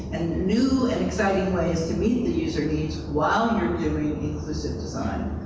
and new and exciting ways to meet the user needs while you're doing the inclusive design,